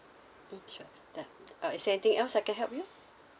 mm sure then uh is there anything else I can help you